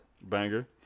Banger